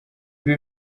ibi